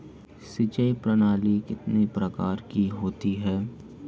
सिंचाई प्रणाली कितने प्रकार की होती है?